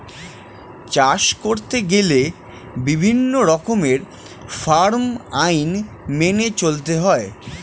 চাষ করতে গেলে বিভিন্ন রকমের ফার্ম আইন মেনে চলতে হয়